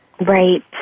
right